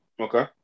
Okay